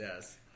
Yes